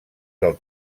del